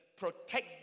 protect